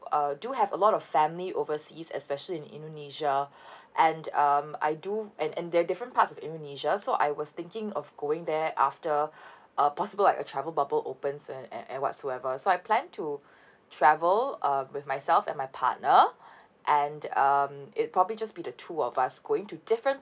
err do have a lot of family overseas especially in indonesia and um I do and and there're different parts of indonesia so I was thinking of going there after err possible like a travel bubble open soon and and whatsoever so I plan to travel uh with myself and my partner and um it probably just be the two of us going to different